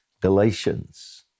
Galatians